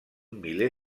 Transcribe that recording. miler